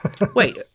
Wait